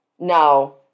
No